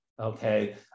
Okay